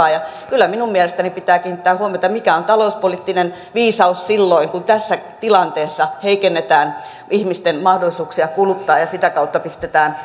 kyllä minun mielestäni pitää kiinnittää huomiota mikä on talouspoliittinen viisaus silloin kun tässä tilanteessa heikennetään ihmisten mahdollisuuksia kuluttaa ja sitä kautta pistetään kasvulle stoppia